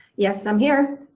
yes i'm here,